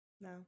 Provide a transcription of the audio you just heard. No